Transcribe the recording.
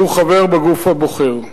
והוא חבר בגוף הבוחר.